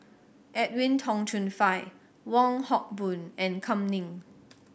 Edwin Tong Chun Fai Wong Hock Boon and Kam Ning